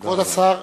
תודה רבה.